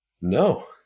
No